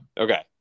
okay